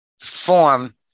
form